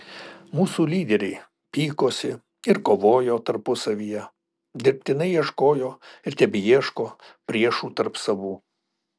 mūsų lyderiai pykosi ir kovojo tarpusavyje dirbtinai ieškojo ir tebeieško priešų tarp savų